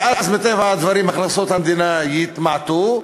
ואז מטבע הדברים הכנסות המדינה יתמעטו,